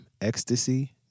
ecstasy